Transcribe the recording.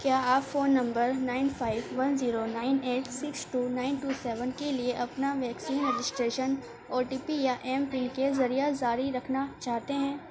کیا آپ phone number nine five one zero nine eight six two nine two seven کے لیے اپنا vaccine registration O T P یا ایم پن کے ذریعے جاری رکھنا چاہتے ہیں